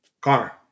Connor